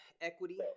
Equity